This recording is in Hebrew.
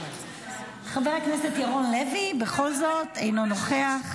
חבר הכנסת ירון לוי, בכל זאת, אינו נוכח.